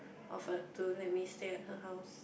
offered to let me stay at her house